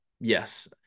yes